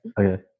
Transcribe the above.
Okay